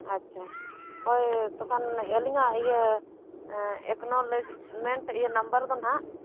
ᱟᱪᱪᱷᱟ ᱦᱳᱭ ᱛᱚᱠᱷᱚᱱ ᱟᱹᱞᱤᱧᱟᱜ ᱤᱭᱟᱹ ᱮᱠᱱᱳᱞᱮᱡᱢᱮᱱᱴ ᱤᱭᱟᱹ ᱱᱟᱢᱵᱟᱨ ᱫᱚ ᱱᱟᱦᱟᱸᱜ